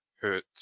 hurt